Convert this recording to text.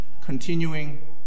continuing